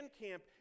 camp